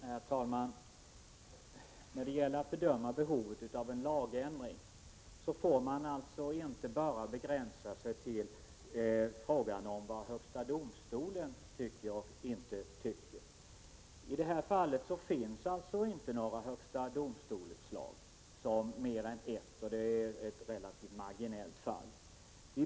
Herr talman! När det gäller att bedöma behovet av en lagändring får man inte bara begränsa sig till frågan om vad högsta domstolen tycker eller inte tycker. I det här fallet finns det alltså inte några utslag från högsta domstolen — bortsett från ett enda av mera marginellt slag.